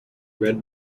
red